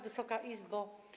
Wysoka Izbo!